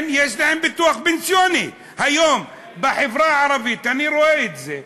אני כרואה-חשבון רואה את המעסיקים בעצמי.